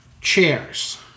chairs